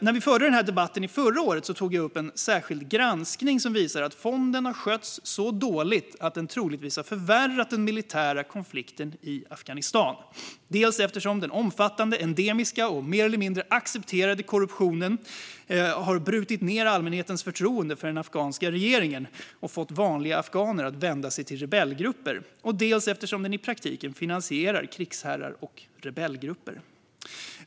När vi förde denna debatt förra året tog jag upp en särskild granskning som visade att fonden skötts så dåligt att den troligtvis har förvärrat den militära konflikten i Afghanistan, dels eftersom den omfattande, endemiska och mer eller mindre accepterade korruptionen har brutit ned allmänhetens förtroende för den afghanska regeringen och fått vanliga afghaner att vända sig till rebellgrupper, dels eftersom den i praktiken finansierar krigsherrar och rebellgrupper.